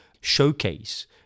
showcase